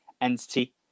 entity